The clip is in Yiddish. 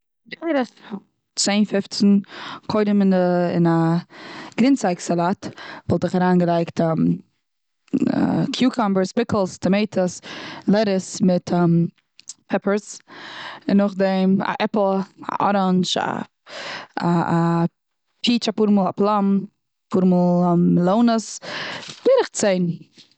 לכאורה צען פופצן. קודם און א גרינצייג סאלאט וואלט איך אריינגילייגט קוקומבערס, פיקלס, טאמאטעס, לעטעס, מיט פעפערס. און נאך דעם א עפל, א אראנדזש, א, א, א פיטש אפאר מאל, א פלאם, אפאר מאל מעלאונעס. בערך צען.